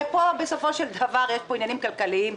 יש פה עניינים כלכליים,